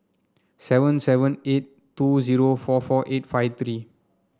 seven seven eight two zero four four eight five three